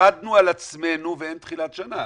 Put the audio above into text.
עבדנו על עצמנו ואין תחילת שנה.